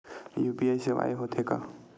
UPI सेवाएं हो थे का?